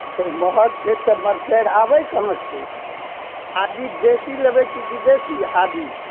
महग छै तऽ मटर आबै कहाँ छै आदि देशी लेबै कि विदेशी आदि